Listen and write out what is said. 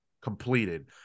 completed